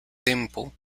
tempo